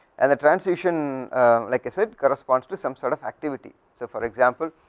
and the transition like is it, corresponds to some sort of activity, so for example,